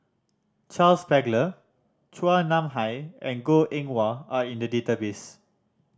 Charles Paglar Chua Nam Hai and Goh Eng Wah are in the database